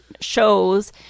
shows